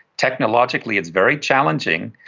technologically it's very challenging,